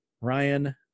Ryan